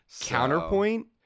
Counterpoint